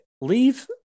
leave